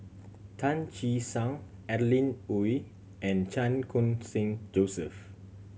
Tan Che Sang Adeline Ooi and Chan Khun Sing Joseph